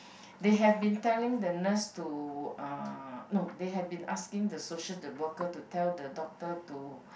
they have been telling the nurse to uh no they had been asking the social the worker to tell the doctor to